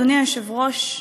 אדוני היושב-ראש,